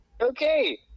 Okay